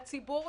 למען הציבור,